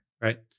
right